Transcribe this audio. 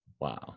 Wow